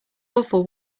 awful